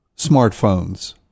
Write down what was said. smartphones